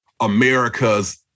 America's